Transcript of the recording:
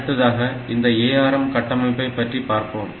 அடுத்ததாக இந்த ARM கட்டமைப்பை பற்றி பார்ப்போம்